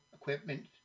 equipment